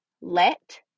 let